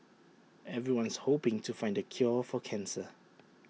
everyone's hoping to find the cure for cancer